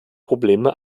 probleme